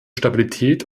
stabilität